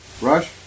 Rush